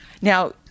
Now